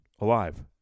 alive